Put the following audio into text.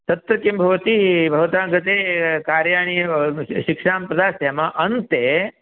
तत्र किं भवति भवताङ्कृते कार् याने एव शिक्षां प्रदास्यामः अन्ते